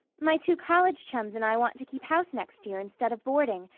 my two college chums and i want to keep house next year instead of boarding,